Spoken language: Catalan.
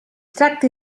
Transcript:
tracte